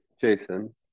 Jason